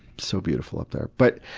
so beautiful up there. but